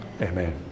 Amen